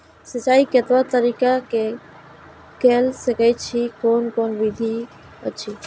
सिंचाई कतवा तरीका स के कैल सकैत छी कून कून विधि अछि?